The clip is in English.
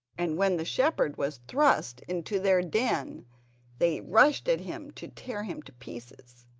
and when the shepherd was thrust into their don they rushed at him to tear him to pieces.